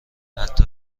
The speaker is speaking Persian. حتی